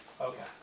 Okay